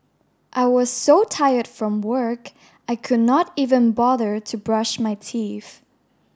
I was so tired from work I could not even bother to brush my teeth